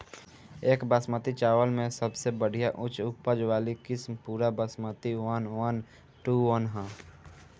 एक बासमती चावल में सबसे बढ़िया उच्च उपज वाली किस्म Pusa Basmati one one two one ह?